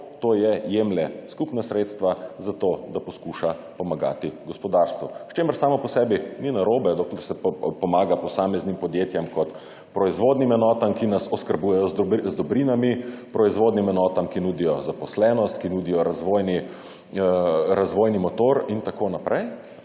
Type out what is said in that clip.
tj. jemlje skupna sredstva zato, da poskuša pomagati gospodarstvu. S čimer samo po sebi ni narobe, dokler se pomaga posameznim podjetjem kot proizvodnim enotam, ki nas oskrbujejo z dobrinami, proizvodnim enotam, ki nudijo zaposlenost, ki nudijo razvojni motor in tako naprej,